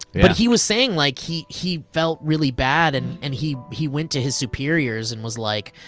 but he was saying like he he felt really bad. and and he he went to his superiors and was like,